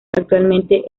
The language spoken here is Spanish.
actualmente